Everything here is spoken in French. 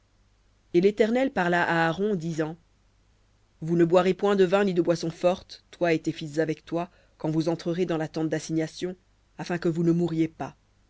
et l'éternel parla à aaron disant vous ne boirez point de vin ni de boisson forte toi et tes fils avec toi quand vous entrerez dans la tente d'assignation afin que vous ne mouriez pas